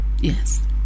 Yes